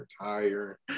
retire